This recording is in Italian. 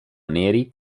neri